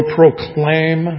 proclaim